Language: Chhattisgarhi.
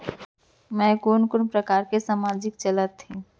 मैं कोन कोन प्रकार के सामाजिक चलत हे?